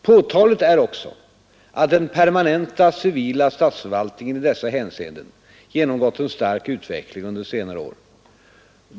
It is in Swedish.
Påtagligt är också att den permanenta civila statsförvaltningen i dessa hänseenden genomgått en stark utveckling under senare år.